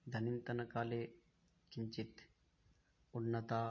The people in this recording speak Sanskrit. इदानीन्तनकाले किञ्चित् उन्नता